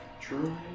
True